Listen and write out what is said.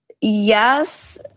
Yes